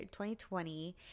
2020